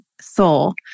soul